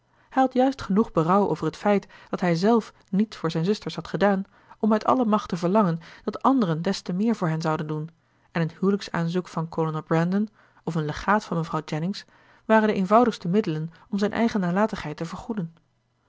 hij had juist genoeg berouw over het feit dat hijzelf niets voor zijn zusters had gedaan om uit alle macht te verlangen dat anderen des te meer voor hen zouden doen en een huwelijksaanzoek van kolonel brandon of een legaat van mevrouw jennings waren de eenvoudigste middelen om zijn eigen nalatigheid te vergoeden